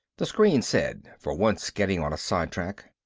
the screen said, for once getting on a side track.